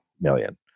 million